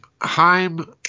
Heim